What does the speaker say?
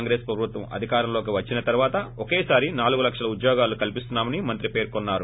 కాంగ్రెస్ ప్రబుత్వం అధికారంలోకి వచ్చిన తర్వాత ఒకేసారి నాలుగు లక్షల ఉద్యోగాలు కల్పిస్తున్నా మని మంత్రి పేర్కున్నారు